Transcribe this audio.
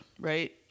right